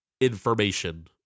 information